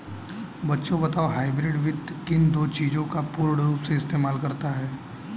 बच्चों बताओ हाइब्रिड वित्त किन दो चीजों का पूर्ण रूप से इस्तेमाल करता है?